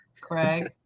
Craig